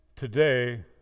Today